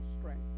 strength